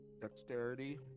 dexterity